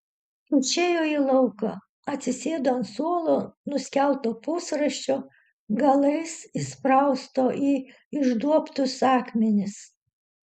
išėjo į lauką atsisėdo ant suolo nuskelto pusrąsčio galais įsprausto į išduobtus akmenis